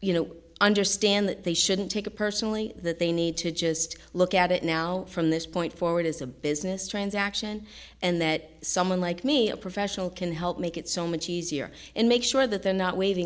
you know understand that they shouldn't take it personally that they need to just look at it now from this point forward as a business transaction and that someone like me a professional can help make it so much easier and make sure that they're not waiving